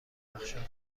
درخشان